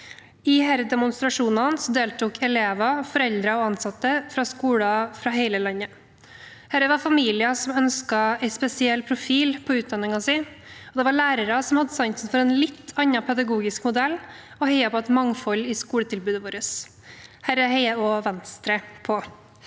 demonstrasjonene deltok elever, foreldre og ansatte fra skoler fra hele landet. Det var familier som ønsket en spesiell profil på utdanningen sin, og det var lærere som hadde sansen for en litt annen pedagogisk modell og heiet på et mangfold i skoletilbudet vårt. Det heier også Venstre på.